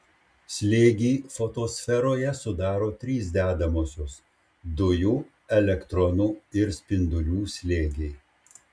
slėgį fotosferoje sudaro trys dedamosios dujų elektronų ir spindulių slėgiai